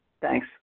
thanks